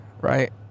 right